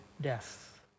death